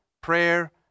prayer